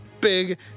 big